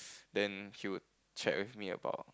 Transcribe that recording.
then he would check with me about